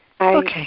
Okay